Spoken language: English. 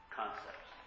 concepts